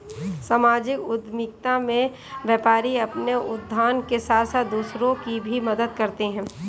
सामाजिक उद्यमिता में व्यापारी अपने उत्थान के साथ साथ दूसरों की भी मदद करते हैं